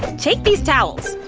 take these towels!